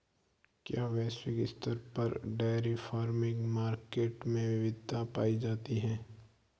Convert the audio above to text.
क्या वैश्विक स्तर पर डेयरी फार्मिंग मार्केट में विविधता पाई जाती है?